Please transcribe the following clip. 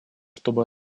чтобы